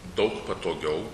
daug patogiau